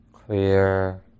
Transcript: clear